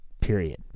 Period